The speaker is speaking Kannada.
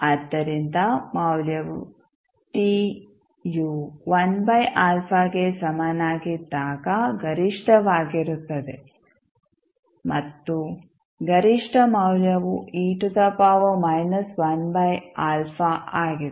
ಆದ್ದರಿಂದ ಮೌಲ್ಯವು t ಯು 1α ಗೆ ಸಮನಾಗಿದ್ದಾಗ ಗರಿಷ್ಠವಾಗಿರುತ್ತದೆ ಮತ್ತು ಗರಿಷ್ಠ ಮೌಲ್ಯವು ಆಗಿದೆ